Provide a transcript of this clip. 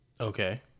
Okay